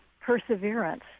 perseverance